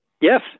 Yes